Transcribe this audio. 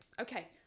Okay